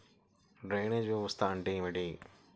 Drainage వ్యవస్థ అంటే ఏమిటి?